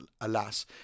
alas